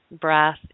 breath